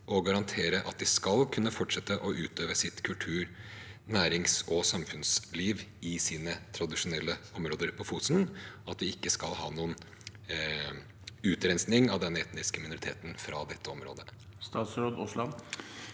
og garantere at de skal kunne fortsette å utøve sitt kultur-, nærings- og samfunnsliv i sine tradisjonelle områder på Fosen, at det ikke skal være noen utrenskning av den etniske minoriteten fra dette området? Statsråd Terje